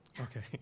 Okay